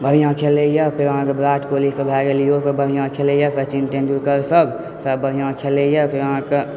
बढ़िआँ खेलैए फेर अहाँके विराट कोहली सब भए गेल इहो सब बढ़िआँ खेलैए सचिन तेन्दुलकर सब सब बढ़िआँ खेलैए फेर अहाँके